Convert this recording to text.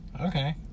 Okay